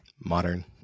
Modern